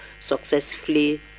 successfully